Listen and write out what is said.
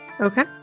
Okay